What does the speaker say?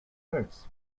births